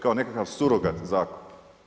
Kao nekakav surogat Zakon.